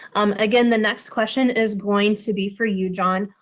um again, the next question is going to be for you, john.